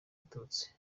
abatutsi